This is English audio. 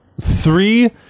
three